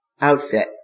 outfit